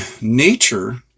nature